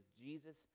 jesus